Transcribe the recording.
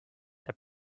that